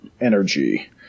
energy